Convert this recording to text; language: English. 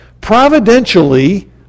providentially